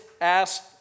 asked